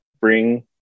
bring